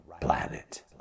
planet